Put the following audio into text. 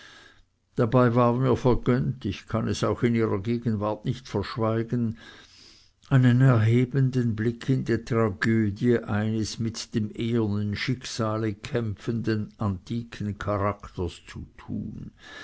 dabei war mir vergönnt ich kann es auch in ihrer gegenwart nicht verschweigen einen erhebenden blick in die tragödie eines mit dem ehernen schicksale kämpfenden antiken charakters zu tun